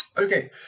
Okay